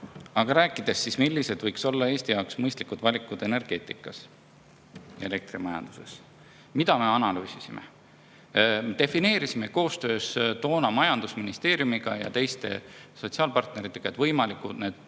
Aga räägime siis, millised võiksid olla Eesti jaoks mõistlikud valikud energeetikas, elektrimajanduses. Mida me analüüsisime? Me defineerisime toona koostöös majandusministeeriumi ja teiste sotsiaalpartneritega võimalikud